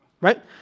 right